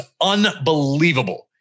unbelievable